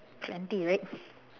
plenty right